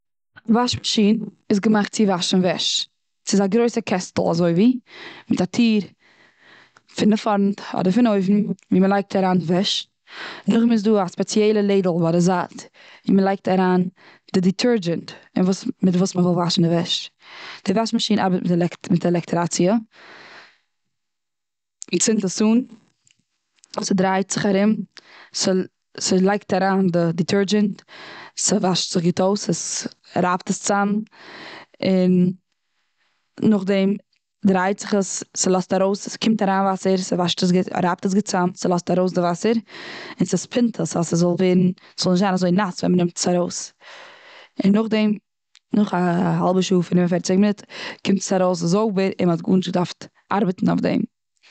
וואש מאשין איז געמאכט צו וואשן וועש. ס'איז א גרויסע קעסטל אזויווי מיט א טיר פון די פארנט, אדער פון אויבן ווי מ'לייגט אריין וועש. נאכדעם איז דא א ספעציעלע לעדל ביי די זייט ווי מ'לייגט אריין די דיטערדזשענט און וואס, מיט וואס מ'וויל וואשן די וועש. די וואש מאשין ארבעט מיט עלעקטריטאציע. מ'צינדט עס אן ס'דרייט זיך ארום. ס'- ס'לייגט אריין די דיטערדזשענט, ס'וואשט זיך גוט אויס און ס'רייבט עס צוזאם, און נאכדעם דרייט זיך עס ס'לאזט ארויס קומט אריין וואסער ס'וואשט עס גוט, רייבט עס גוט צוזאם ס'לאזט ארויס די וואסער, און ס'ספינט עס אז ס'זאל ווערן ס'זאל נישט זיין אזוי נאס ווען מ'נעמט עס ארויס. און נאכדעם, נאך א האלבע שעה פינעף און פערציג מינוט קומט עס ארויס, זויבער און מ'האט גארנישט געדארפט ארבעטן אויף עס.